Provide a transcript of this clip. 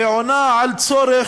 ועונה על צורך